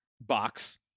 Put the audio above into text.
box